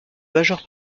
majeure